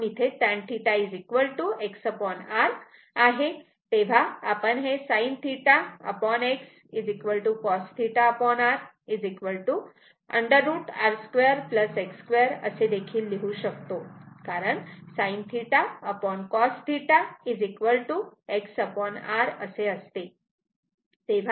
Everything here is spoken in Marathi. म्हणून tan θ XR आहे तेव्हा आपण हे sin θX cos θR √ R2 X2 असे देखील लिहू शकतो कारण sin θcos θ XR असे असते